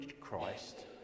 christ